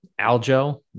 Aljo